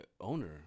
owner